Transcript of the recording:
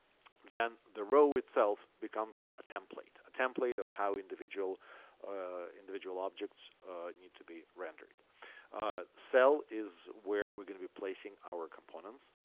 then the row itself becomes a template a template of how individual individual objects need to be rendered. a cell is where we're going to be placing our components.